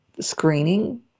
screening